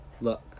Look